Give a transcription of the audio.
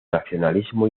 racionalismo